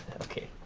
okay.